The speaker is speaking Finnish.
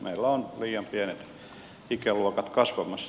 meillä on liian pienet ikäluokat kasvamassa